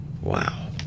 Wow